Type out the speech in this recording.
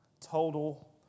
total